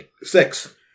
Six